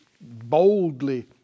boldly